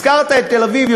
הזכרת את תל-אביב.